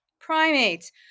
primates